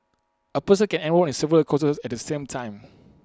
A person can enrol in several courses at the same time